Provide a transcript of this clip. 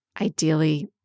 ideally